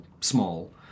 small